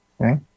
Okay